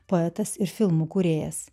poetas ir filmų kūrėjas